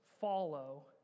follow